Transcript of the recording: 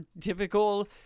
typical